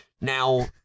Now